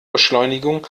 beschleunigung